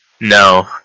no